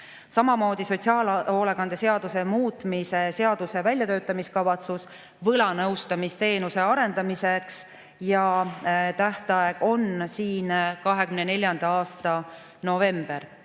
Samamoodi sotsiaalhoolekande seaduse muutmise seaduse väljatöötamiskavatsus võlanõustamisteenuse arendamiseks, tähtaeg on siin 2024. aasta november.